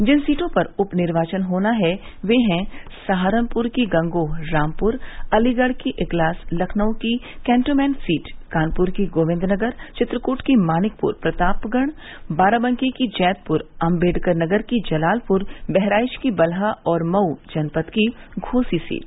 जिन सीटों पर उप निर्वाचन होना है वे हैं सहारनपुर की गंगोह रामपुर अलीगढ़ की इगलास लखनऊ की केन्दोमेंट सीट कानपुर की गोविन्द नगर चित्रकूट की मानिकपुर प्रतापगढ़ बाराबंकी की जैदपुर अम्बेडकर नगर की जलालपुर बहराइच की बलहा और मऊ जनपद की घोसी सीट